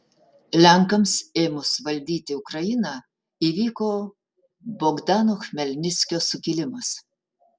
lenkams ėmus valdyti ukrainą įvyko bogdano chmelnickio sukilimas